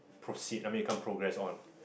proceed I mean you can't progress on